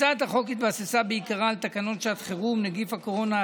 הצעת החוק התבססה בעיקרה על תקנות שעת חירום (נגיף הקורונה החדש)